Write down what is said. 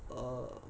mmhmm